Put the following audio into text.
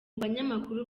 banyamakuru